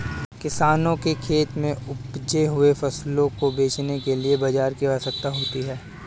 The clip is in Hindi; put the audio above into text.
किसानों के खेत में उपजे हुए फसलों को बेचने के लिए बाजार की आवश्यकता होती है